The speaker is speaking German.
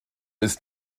ist